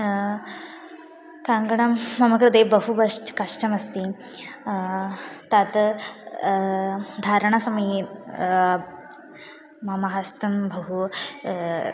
कङ्गणं मम कृते बहु बष्ट् कष्टमस्ति तत् धारणसमये मम हस्तं बहु